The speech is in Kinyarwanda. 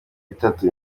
bitatu